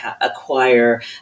acquire